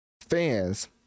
fans